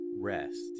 Rest